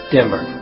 Denver